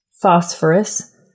phosphorus